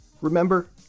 Remember